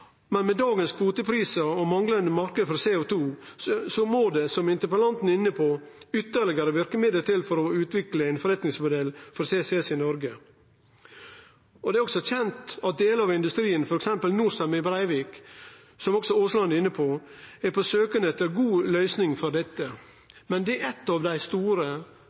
men med dagens kvoteprisar og manglande marknad for CO2 må det, som interpellanten er inne på, ytterlegare verkemiddel til for å utvikle ein forretningsmodell for CCS i Noreg. Det er også kjent at delar av industrien, f.eks. Norcem i Brevik, som også Aasland var inne på, er på søken etter gode løysingar for dette, men det er eit av dei store